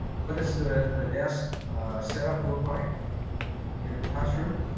what does the the desk setup look like in the classroom?